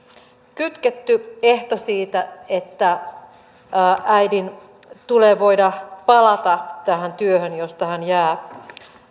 kytketty ehto siitä että äidin tulee voida palata tähän työhön josta hän jää